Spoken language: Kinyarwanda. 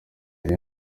yari